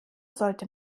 sollte